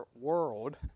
world